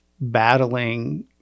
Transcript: battling